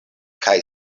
kaj